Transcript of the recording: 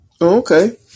okay